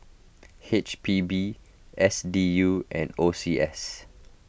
H P B S D U and O C S